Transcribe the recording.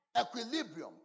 Equilibrium